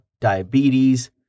diabetes